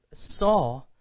Saw